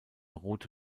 rote